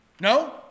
No